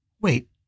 Wait